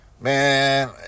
man